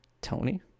Tony